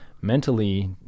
mentally